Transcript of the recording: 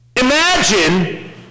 Imagine